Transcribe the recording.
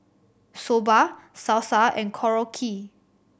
Soba Salsa and Korokke